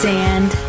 Sand